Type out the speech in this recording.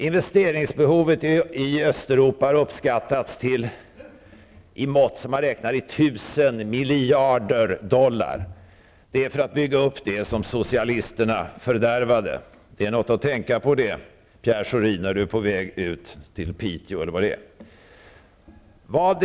Investeringsbehovet i Östeuropa har uppskattats till mått som räknas i tusen miljarder dollar. Detta behövs för att bygga upp det som socialisterna fördärvade. Det är något för Pierre Schori att tänka på när han är på väg till Piteå eller vart han nu skall åka.